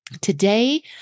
Today